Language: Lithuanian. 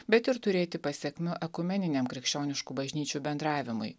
bet ir turėti pasekmių ekumeniniam krikščioniškų bažnyčių bendravimui